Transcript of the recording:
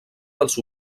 dels